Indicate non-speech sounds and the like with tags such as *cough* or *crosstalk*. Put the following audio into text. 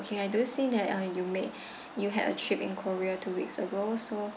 okay so the booking number is forty six okay I do see that uh you make *breath* you had a trip in korea two weeks ago so